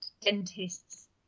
dentists